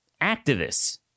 activists